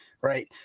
Right